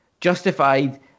justified